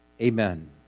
amen